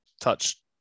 touch